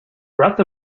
breath